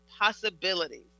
Possibilities